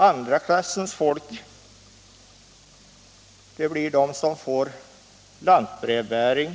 Andra klassens medborgare blir de som får lantbrevbäring.